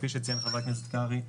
כפי שציין חבר הכנסת קרעי,